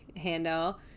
handle